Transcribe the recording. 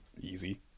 easy